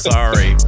Sorry